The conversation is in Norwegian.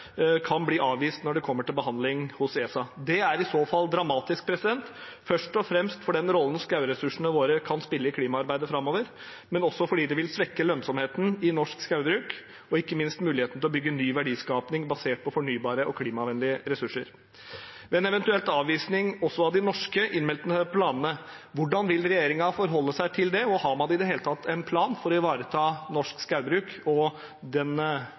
kan bli avvist når det kommer til behandling i ESA. Det er i så fall dramatisk, først og fremst for den rollen skogressursene våre kan spille i klimaarbeidet framover, men også fordi det vil svekke lønnsomheten i norsk skogbruk og ikke minst muligheten til å bygge ny verdiskaping basert på fornybare og klimavennlige ressurser. Ved en eventuell avvisning også av de norske innmeldte planene – hvordan vil regjeringen forholde seg til det, og har man i det hele tatt en plan for å ivareta norsk skogbruk og den